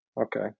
okay